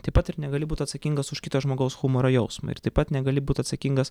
taip pat ir negali būt atsakingas už kito žmogaus humoro jausmą ir taip pat negali būt atsakingas